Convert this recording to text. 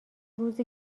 روزی